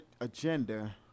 agenda